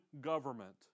government